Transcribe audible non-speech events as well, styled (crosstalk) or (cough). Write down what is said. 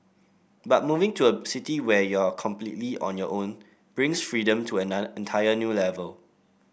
but moving to a city where you're completely on your own brings freedom to an (unintelligible) entire new level